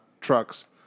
trucks